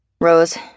Rose